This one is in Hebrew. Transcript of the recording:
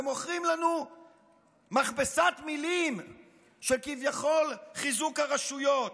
ומוכרים לנו מכבסת מילים של כביכול חיזוק הרשויות.